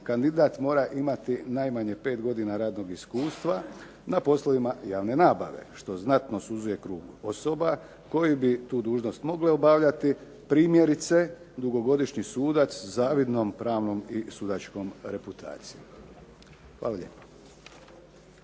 kandidat mora imati najmanje 5 godina radnog iskustva na poslovima javne nabave, što znatno suzuje krug osoba koje bi tu dužnost mogle obavljati, primjerice dugogodišnji sudac sa zavidnom, pravnom i sudačkom reputacijom. Hvala lijepo.